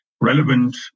relevant